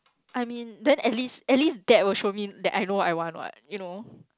I mean but at least at least that also mean that I know what I want what you know